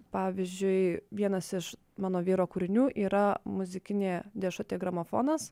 pavyzdžiui vienas iš mano vyro kūrinių yra muzikinė dėžutė gramofonas